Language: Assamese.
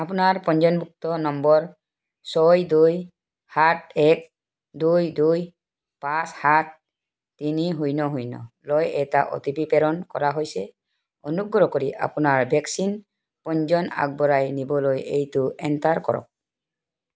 আপোনাৰ পঞ্জীয়নভুক্ত নম্বৰ ছয় দুই সাত এক দুই দুই পাঁচ সাত তিনি শূন্য শূন্য লৈ এটা অ'টিপি প্ৰেৰণ কৰা হৈছে অনুগ্ৰহ কৰি আপোনাৰ ভেকচিন পঞ্জীয়ন আগবঢ়াই নিবলৈ এইটো এণ্টাৰ কৰক